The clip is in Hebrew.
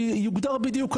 כי יוגדר בדיוק,